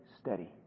steady